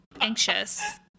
anxious